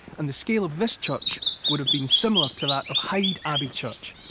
and the scale of this church would have been similar to that of hyde abbey church.